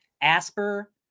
Asper